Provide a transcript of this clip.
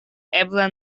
eble